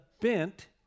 bent